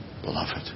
beloved